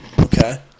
Okay